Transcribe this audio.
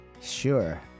Sure